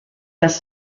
das